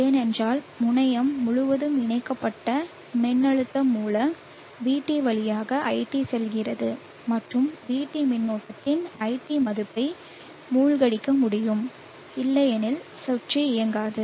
ஏனென்றால் முனையம் முழுவதும் இணைக்கப்பட்ட மின்னழுத்த மூல VT வழியாக iT செல்கிறது மற்றும் VT மின்னோட்டத்தின் iT மதிப்பை மூழ்கடிக்க முடியும் இல்லையெனில் சுற்று இயங்காது